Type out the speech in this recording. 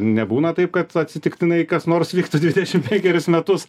nebūna taip kad atsitiktinai kas nors vyksta dvidešim penkerius metus